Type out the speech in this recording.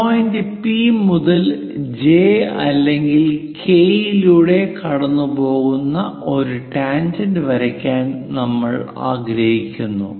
point P മുതൽ J അല്ലെങ്കിൽ K യിലൂടെ കടന്നുപോകുന്ന ഒരു ടാൻജെന്റ് വരയ്ക്കാൻ നമ്മൾ ആഗ്രഹിക്കുന്നു